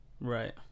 Right